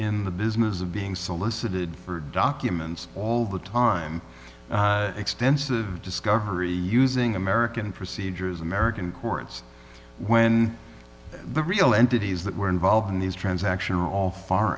in the business of being solicited for documents all the time extensive discovery using american procedures american courts when the real entities that were involved in these transactions are all f